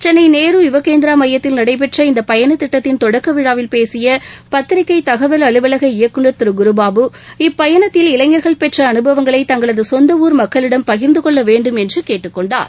சென்னை நேரு யுவகேந்திரா மையத்தில் நடைபெற்ற இந்த பயண திட்டத்தின் தொடக்க விழாவில் பேசிய பத்திரிக்கை தகவல் அலுவலக இயக்குநர் திரு குருபாபு இப்பயணத்தில் இளைஞர்கள் பெற்ற அனுபவங்களை தங்களது சொந்த ஊர் மக்களிடம் பகிர்ந்துகொள்ள வேண்டும் என்று கேட்டுக்கொண்டார்